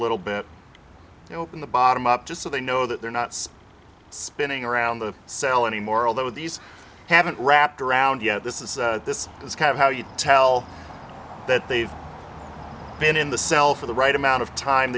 little bit and open the bottom up just so they know that they're not so spinning around the cell anymore although these haven't wrapped around yet this is this is kind of how you tell that they've been in the cell for the right amount of time